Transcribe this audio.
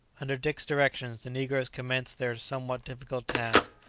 under dick's directions, the negroes commenced their somewhat difficult task.